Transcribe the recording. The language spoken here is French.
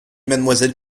mademoiselle